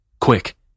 Quick